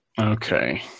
Okay